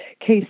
case